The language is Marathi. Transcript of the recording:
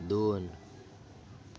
दोन